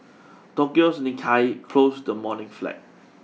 Tokyo's Nikkei closed the morning flat